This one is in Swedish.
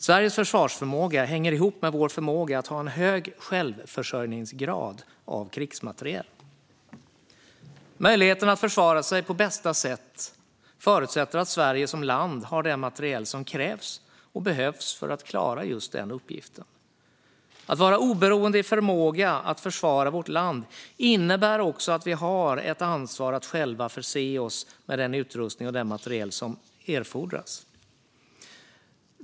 Sveriges försvarsförmåga hänger ihop med vår förmåga att ha en hög självförsörjningsgrad av krigsmateriel. Möjligheten att försvara sig på bästa sätt förutsätter att Sverige som land har den materiel som krävs för att klara just den uppgiften. Att vara oberoende i förmåga att försvara vårt land innebär också att vi har ett ansvar att själva förse oss med den utrustning och den materiel som erfordras.